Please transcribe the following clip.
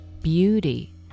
beauty